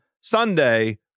Sunday